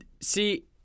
See